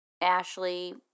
Ashley